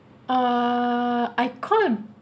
uh I called